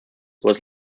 was